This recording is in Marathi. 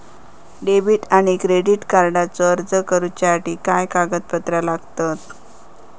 डेबिट आणि क्रेडिट कार्डचो अर्ज करुच्यासाठी काय कागदपत्र लागतत?